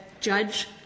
judge